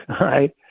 right